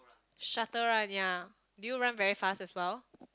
shuttle run yeah do you run very fast as well